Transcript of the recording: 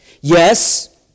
Yes